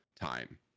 time